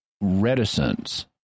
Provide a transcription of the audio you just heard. reticence